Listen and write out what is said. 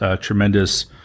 tremendous